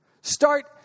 Start